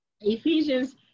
Ephesians